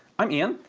i'm ian,